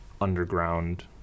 underground